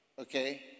okay